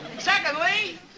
Secondly